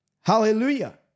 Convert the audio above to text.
Hallelujah